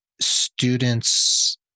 students